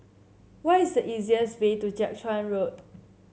what is the easiest way to Jiak Chuan Road